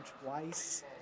twice